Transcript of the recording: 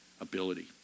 ability